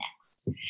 next